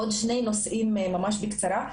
עוד שני נושאים ממש בקצרה.